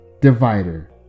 Divider